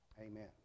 Amen